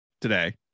today